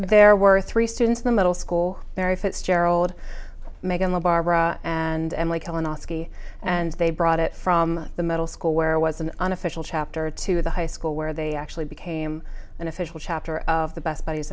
there were three students in the middle school mary fitzgerald making the barbara and lee colonoscopy and they brought it from the middle school where was an unofficial chapter to the high school where they actually became an official chapter of the best buddies